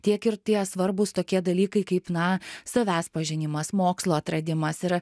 tiek ir tie svarbūs tokie dalykai kaip na savęs pažinimas mokslo atradimas ir